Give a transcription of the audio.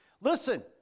Listen